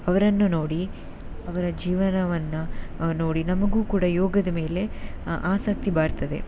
ಅವರನ್ನು ನೋಡಿ ಅವರ ಜೀವನವನ್ನು ನೋಡಿ ನಮಗೂ ಕೂಡ ಯೋಗದ ಮೇಲೆ ಆಸಕ್ತಿ ಬರ್ತದೆ